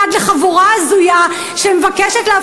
להגיד: ממשלת ישראל לא תיתן יד לחבורה הזויה שמבקשת להפוך,